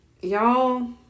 Y'all